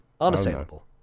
Unassailable